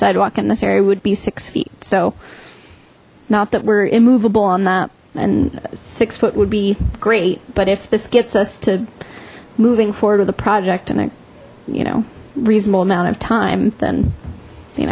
sidewalk in this area would be six feet so not that we removable on that and six foot would be great but if this gets us to moving forward with a project and i you know reasonable amount of time then you